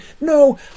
No